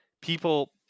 people